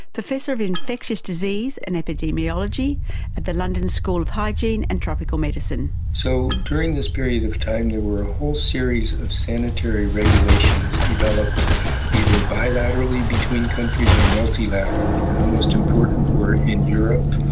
professor of infectious disease and epidemiology at the london school of hygiene and tropical medicine. so during this period of time there were a whole series of sanitary regulations developed either bilaterally between countries or multilaterally. the most important were in europe,